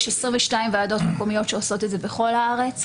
יש 22 ועדות מקומיות שעושות את זה בכל הארץ,